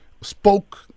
spoke